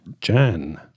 jan